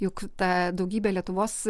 juk ta daugybė lietuvos